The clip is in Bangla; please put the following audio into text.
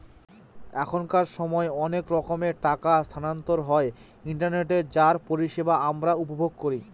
এখনকার সময় অনেক রকমের টাকা স্থানান্তর হয় ইন্টারনেটে যার পরিষেবা আমরা উপভোগ করি